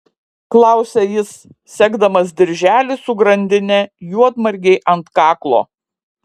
klausia jis segdamas dirželį su grandine juodmargei ant kaklo